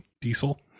Diesel